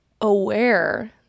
aware